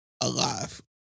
alive